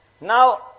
Now